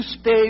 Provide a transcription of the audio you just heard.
stay